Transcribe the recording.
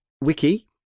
Wiki